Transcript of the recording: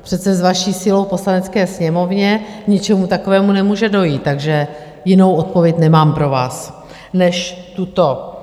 Přece s vaší silou v Poslanecké sněmovně k ničemu takovému nemůže dojít, takže jinou odpověď nemám pro vás než tuto.